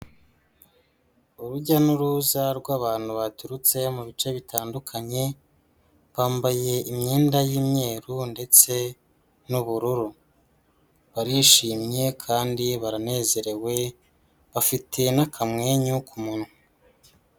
Urujya n'uruza rw'abantu baturutse mu bice bitandukanye, bambaye imyenda y'imyeru ndetse n'ubururu. Barishimye kandi baranezerewe, bafite n'akamwenyu ku munwa.